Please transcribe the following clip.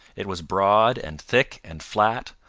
it was broad and thick and flat,